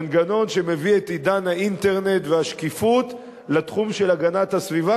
מנגנון שמביא את עידן האינטרנט והשקיפות לתחום של הגנת הסביבה,